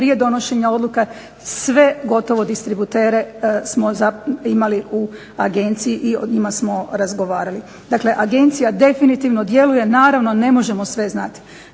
prije donošenja odluka sve gotovo distributere smo imali u agenciji i o njima smo razgovarali. Dakle, agencija definitivno djeluje. Naravno, ne možemo sve znati.